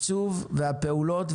והתקצוב והפעולות,